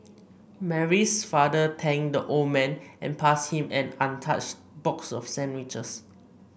Mary's father thanked the old man and passed him an untouched box of sandwiches